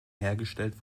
hergestellt